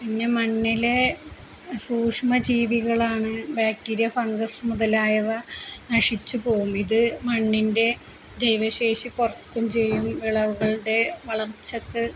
പിന്നെ മണ്ണിലെ സൂക്ഷ്മജീവികളാണ് ബാക്ടീരിയ ഫംഗസ് മുതലായവ നശിച്ചു പോവും ഇതു മണ്ണിൻ്റെ ജൈവശേഷി കുറയ്ക്കുകയും ചെയ്യും വിളവുകളുടെ വളർച്ചയ്ക്ക്